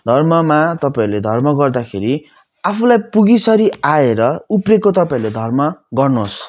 धर्ममा तपाईँहरूले धर्म गर्दाखेरि आफूलाई पुगीसरी आएर उब्रेको तपाईँहरूले धर्म गर्नु होस्